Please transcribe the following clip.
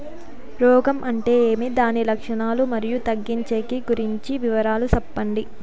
రోగం అంటే ఏమి దాని లక్షణాలు, మరియు తగ్గించేకి గురించి వివరాలు సెప్పండి?